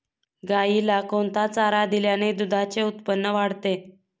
गाईला कोणता चारा दिल्याने दुधाचे उत्पन्न वाढते?